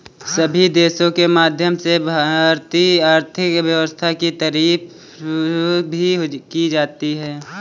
सभी देशों के माध्यम से भारतीय आर्थिक व्यवस्था की तारीफ भी की जाती है